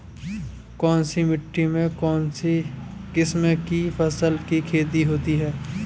कौनसी मिट्टी में कौनसी किस्म की फसल की खेती होती है?